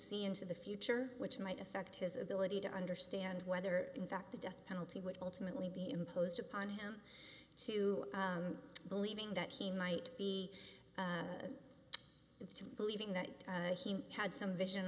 see into the future which might affect his ability to understand whether in fact the death penalty would ultimately be imposed upon him to believing that he might be it's believing that he had some vision